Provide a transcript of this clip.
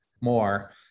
more